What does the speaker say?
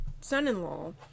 son-in-law